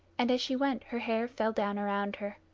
and as she went her hair fell down around her.